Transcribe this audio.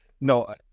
No